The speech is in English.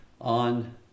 on